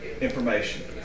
information